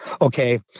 Okay